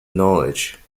knowledge